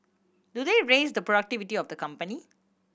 do they raise the productivity of the company